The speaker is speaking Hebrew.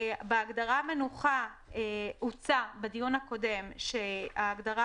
בהגדרה "מנוחה" הוצע בדיון הקודם שההגדרה